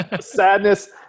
Sadness